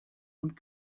und